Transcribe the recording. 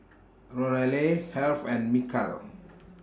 Lorelei Heath and Michal